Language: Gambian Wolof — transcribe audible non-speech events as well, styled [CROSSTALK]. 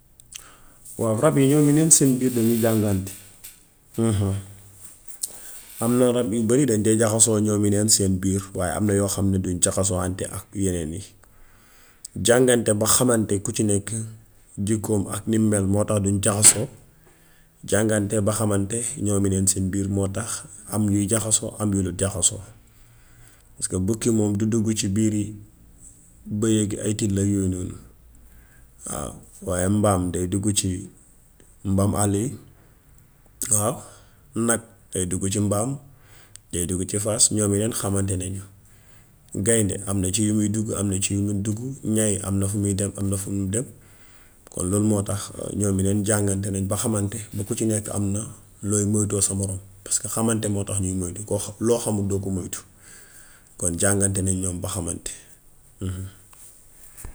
Waaw rab yi ñoomu neen seen biir dañuy jàngante. [UNINTELLIGIBLE] Am na rab yu bëri, dañuy jaxasoo ñoomi neen ci seen biir waaye am na yoo xam ne dun jaxasoohante ak yeneen yi; jàngante ba xamante ku ci nekk jikkoom ak nim mel moo tax duñ jaxasoo. Jàngante ba xamante ñoomu neen ci seen biir moo tax am yuy jaxasoo am yu dut jaxasoo paska bukki moom du dugg ci biir bëy ak ay till yooyu waaw. Waaye mbaam day duggu ci mbaam àll yi waaw. Nag day duggu ci mbaam, day duggu ci fas, ñoomu neen xamante nañ. Gaynde am na ci yu muy duggu, am na ci yum dul duggu, ñay am na fu muy dem, am na fum dul dem. Loolu moo tax ñoomi neen jàngante nañ ba xamante ba ku ci nekk am na looy moytoo sa moroom paska xamante moo tax ñuy moytu. Koo loo xamut doo ko moytu. Kon jàngante nañ ñoom ba xamante. [UNINTELLIGIBLE]